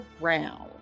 round